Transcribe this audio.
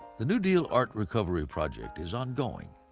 the new deal art recovery project is ongoing.